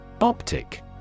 Optic